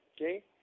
okay